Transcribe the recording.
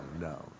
no